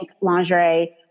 lingerie